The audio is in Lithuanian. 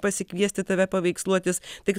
pasikviesti tave paveiksluotis tik